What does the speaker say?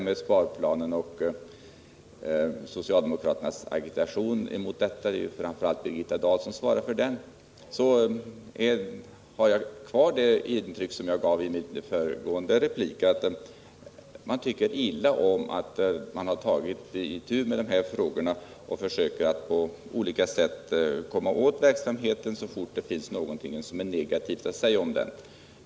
Vad sedan beträffar socialdemokraternas agitation mot sparplanen — det är framför allt Birgitta Dahl som bedriver den agitationen — har jag kvar det intryck som jag hade vid framförandet av min föregående replik, nämligen att man tycker illa om att vi har tagit itu med dessa frågor och att man försöker att på olika sätt komma åt verksamheten så snart man finner något negativt att säga om den.